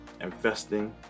Investing